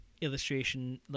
illustration